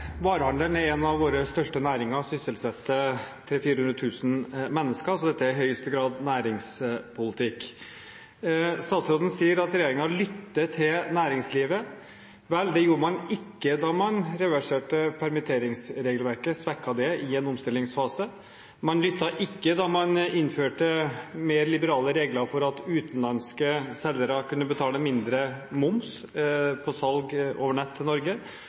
en av våre største næringer og sysselsetter 300 000–400 000 mennesker, så dette er i høyeste grad næringspolitikk. Statsråden sier at regjeringen lytter til næringslivet. Vel, det gjorde man ikke da man reverserte permitteringsregelverket – svekket det – i en omstillingsfase. Man lyttet ikke da man innførte mer liberale regler for at utenlandske selgere skulle kunne betale mindre moms på salg over nett til Norge,